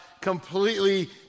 completely